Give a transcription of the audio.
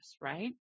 right